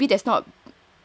uh a baby that's not